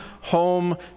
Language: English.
home